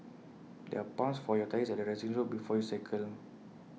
there are pumps for your tyres at the resting zone before you cycle